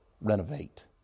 renovate